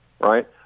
right